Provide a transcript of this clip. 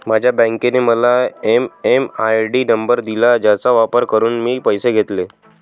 माझ्या बँकेने मला एम.एम.आय.डी नंबर दिला ज्याचा वापर करून मी पैसे घेतले